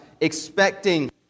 expecting